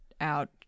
out